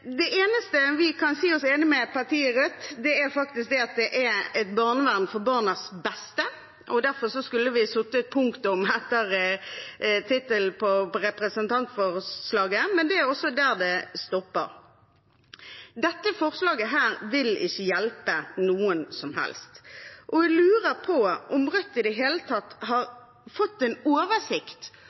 Det eneste vi kan si oss enig med partiet Rødt om, er at det er et barnevern for barnas beste, og derfor skulle vi ha satt punktum etter tittelen på representantforslaget, men det er der det stopper. Dette forslaget vil ikke hjelpe noen som helst, og jeg lurer på om Rødt i det hele tatt har en oversikt